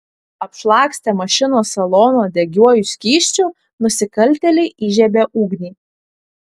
apšlakstę mašinos saloną degiuoju skysčiu nusikaltėliai įžiebė ugnį